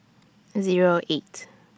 Zero eight